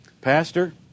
Pastor